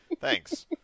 Thanks